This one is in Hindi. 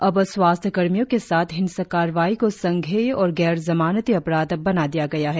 अब स्वास्थ्य कर्मियों के साथ हिंसक कार्रवाई को संजेय और गैर जमानती अपराध बना दिया गया है